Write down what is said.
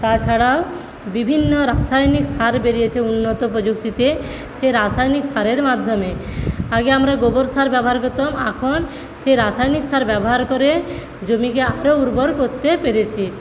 তাছাড়া বিভিন্ন রাসায়নিক সার বেরিয়েছে উন্নত প্রযুক্তিতে সেই রাসায়নিক সারের মাধ্যমে আগে আমরা গোবর সার ব্যবহার করতাম এখন সেই রাসায়নিক সার ব্যবহার করে জমিকে আরও উর্বর করতে পেরেছি